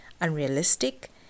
unrealistic